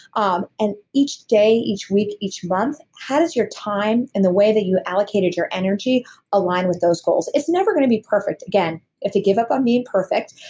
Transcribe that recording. um and each day, each week, each month, how does your time and the way that you allocated your energy align with those goals? it's never going to be perfect. again, if you give up on being perfect,